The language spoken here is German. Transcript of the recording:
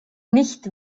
nicht